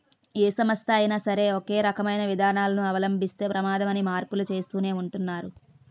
ఏ సంస్థ అయినా సరే ఒకే రకమైన విధానాలను అవలంబిస్తే ప్రమాదమని మార్పులు చేస్తూనే ఉంటున్నారు